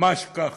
ממש כך: